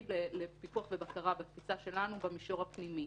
לפיקוח ובקרה בתפיסה שלנו במישור הפנימי.